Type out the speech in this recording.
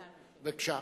בבקשה,